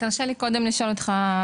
תרשה לי קודם לשאול אותך.